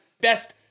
Best